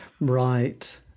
Right